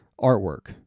artwork